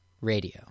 radio